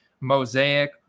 mosaic